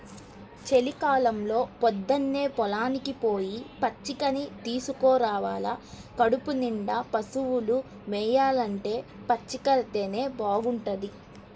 చలికాలంలో పొద్దన్నే పొలానికి పొయ్యి పచ్చికని తీసుకురావాల కడుపునిండా పశువులు మేయాలంటే పచ్చికైతేనే బాగుంటది